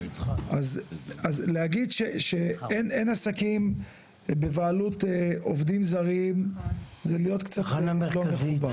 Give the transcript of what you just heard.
אז להגיד שאין עסקים בבעלות עובדים זרים זה להיות קצת לא מחובר.